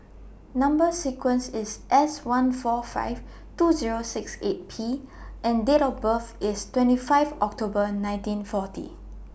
Number sequence IS S one four five two Zero six eight P and Date of birth IS twenty five October nineteen forty